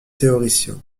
théoriciens